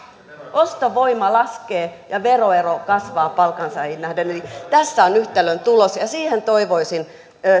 ostovoima laskee ja veroero kasvaa palkansaajiin nähden eli tässä on yhtälön tulos ja siihen toivoisin